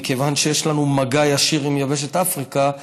מכיוון שיש לנו מגע ישיר עם יבשת אפריקה,